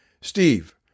Steve